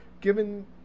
given